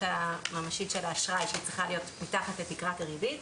הממשית של האשראי שצריכה להיות מתחת לתקרת הריבית.